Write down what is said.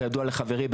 כידוע לחברי,